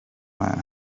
man